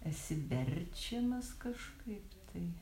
esi verčiamas kažkaip tai